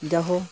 ᱡᱮᱦᱮᱛᱩ